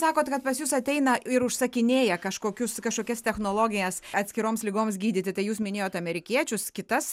sakot kad pas jus ateina ir užsakinėja kažkokius kažkokias technologijas atskiroms ligoms gydyti tai jūs minėjot amerikiečius kitas